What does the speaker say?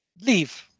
leave